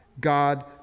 God